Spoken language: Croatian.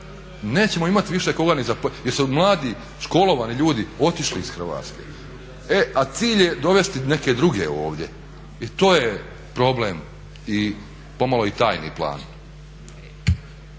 Nećemo imati više koga ni zaposliti jer su mladi, školovani ljudi otišli iz Hrvatske, a cilj je dovesti neke druge ovdje i to je problem, pomalo i tajni plan.